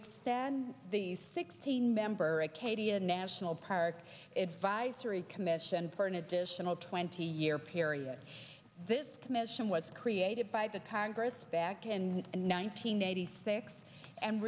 expand the sixteen member acadia national park advisory commission for an additional twenty year period this commission was created by the congress back and nine hundred eighty six and